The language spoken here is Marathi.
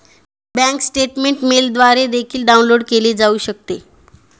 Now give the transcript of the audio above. बँक स्टेटमेंट मेलद्वारे देखील डाउनलोड केले जाऊ शकते